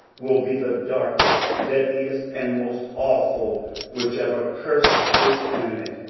will be the darkest, deadliest, and most awful which ever cursed this planet.